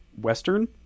Western